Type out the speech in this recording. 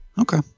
Okay